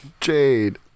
Jade